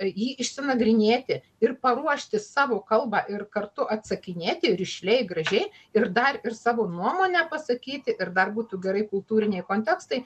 jį išsinagrinėti ir paruošti savo kalbą ir kartu atsakinėti rišliai gražiai ir dar ir savo nuomonę pasakyti ir dar būtų gerai kultūriniai kontekstai